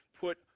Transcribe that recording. Put